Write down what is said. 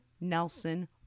Nelson